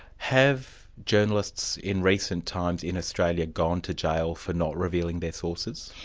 have journalists in recent times in australia gone to jail for not revealing their sources?